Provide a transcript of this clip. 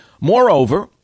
Moreover